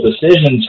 decisions